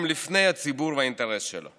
הם לפני הציבור והאינטרס שלו.